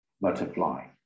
butterfly